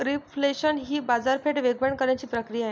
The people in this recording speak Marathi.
रिफ्लेशन ही बाजारपेठ वेगवान करण्याची प्रक्रिया आहे